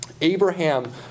Abraham